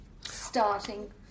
starting